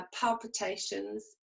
palpitations